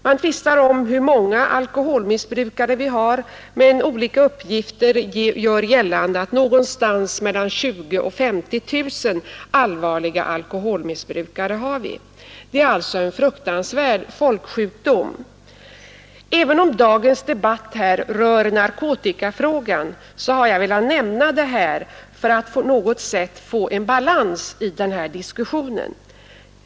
Man tvistar om hur många alkoholmissbrukare vi har, men olika uppgifter gör gällande att det finns mellan 20 000 och 50 000 allvarliga alkoholmissbrukare i vårt land. Det är alltså en fruktansvärd folksjukdom. Även om dagens debatt rör narkotikafrågan har jag velat nämna detta för att få någon balans i diskussionen.